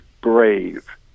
brave